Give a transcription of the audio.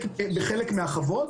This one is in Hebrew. בחלק מהחוות,